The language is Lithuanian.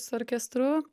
su orkestru